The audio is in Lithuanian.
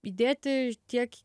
įdėti tiek